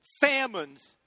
famines